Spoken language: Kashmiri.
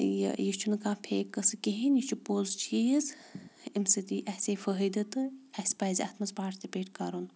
یہِ یہِ چھُنہٕ کانٛہہ فیک قٕصہٕ کِہیٖنۍ یہِ چھُ پوٚز چیٖز اَمہِ سۭتۍ یی اَسے فٲہِدٕ تہٕ اَسہِ پَزِ اَتھ منٛز پاٹسپیٹ کَرُن